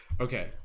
okay